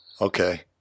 okay